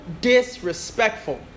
disrespectful